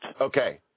Okay